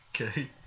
Okay